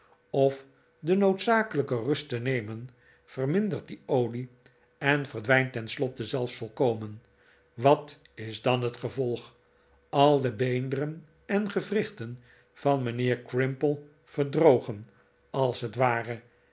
of de noodzakelijke rust te nemen vermindert die olie en verdwijnt tenslotte zelfs volkomen wat is dan het gevolg al de beenderen en gewrichten van mijnheer crimple verdrogen als het ware